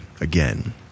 again